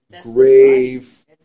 grave